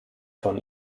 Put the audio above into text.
von